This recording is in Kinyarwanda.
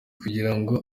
kugirango